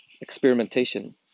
experimentation